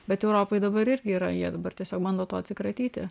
bet europoj dabar irgi yra jie dabar tiesiog bando tuo atsikratyti